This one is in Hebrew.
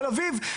תל אביב.